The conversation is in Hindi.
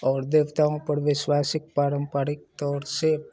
और देवताओं पर विश्वासिक पारम्पारिक तौर से